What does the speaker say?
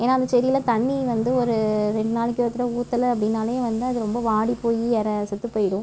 ஏன்னா அந்த செடியெலாம் தண்ணீர் வந்து ஒரு ரெண்டு நாளைக்கு ஒரு தடவை ஊற்றல அப்படின்னாலே வந்து அது ரொம்ப வாடி போய் எற செத்துப்போயிடும்